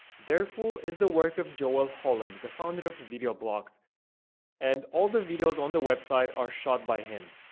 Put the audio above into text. dareful is the work of joel holland, the founder of videoblocks and all the videos on the website are shot by him.